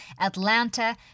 Atlanta